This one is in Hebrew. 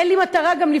אין לי גם מטרה לפגוע